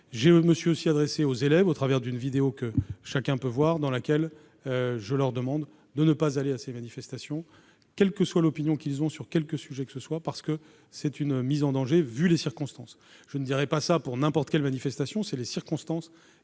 Je me suis adressé aussi aux élèves, au travers d'une vidéo que chacun peut voir, dans laquelle je leur demande de ne pas aller à ces manifestations, quelle que soit l'opinion qu'ils ont sur quelque sujet que ce soit, parce que, vu les circonstances, ils se mettraient en danger. Je ne dirais pas cela pour n'importe quelle manifestation : ce sont les circonstances